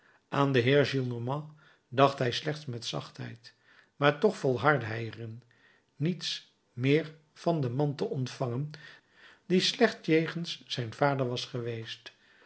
aan den heer gillenormand dacht hij slechts met zachtheid maar toch volhardde hij er in niets meer van den man te ontvangen die slecht jegens zijn vader was geweest